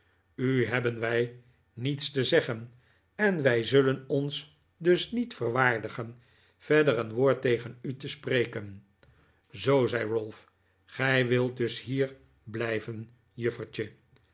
u hebben wij niets te zeggen en wij zullen ons dus niet verwaardigen verder een woord tegen u te spreken zoo zei ralph gij wilt dus hier blijven